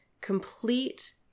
complete